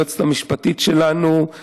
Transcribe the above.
היועצת המשפטית שלנו,